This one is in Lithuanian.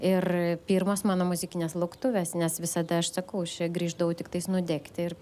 ir pirmos mano muzikinės lauktuvės nes visada aš sakau aš čia grįždavau tiktais nudegti ir